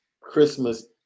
Christmas